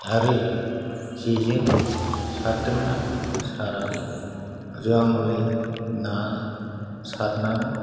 आरो जेजों सारदोंना साराखै जों हले ना सारनानै